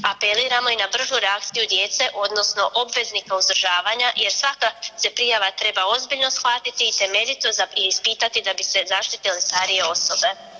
Apeliramo i na bržu reakciju djece odnosno obveznika uzdržavanja jer svaka se prijava treba ozbiljno shvatiti i temeljito zapitati da bi se zaštitile starije osobe.